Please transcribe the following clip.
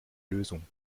lösung